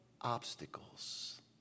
obstacles